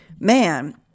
Man